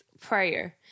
prayer